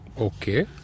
Okay